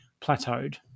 plateaued